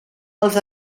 els